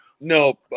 No